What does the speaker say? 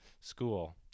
school